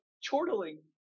chortling